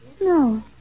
No